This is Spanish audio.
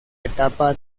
etapa